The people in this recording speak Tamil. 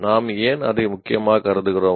நாம் ஏன் அதை முக்கியமாக கருதுகிறோம்